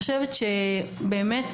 באמת,